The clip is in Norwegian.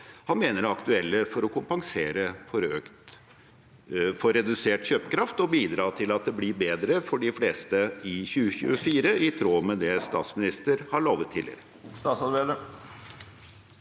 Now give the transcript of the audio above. han mener er aktuelle for å kompensere for redusert kjøpekraft og bidra til at det blir bedre for de fleste i 2024, i tråd med det statsministeren har lovet tidligere.